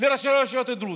לראשי הרשויות הדרוזיות.